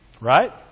Right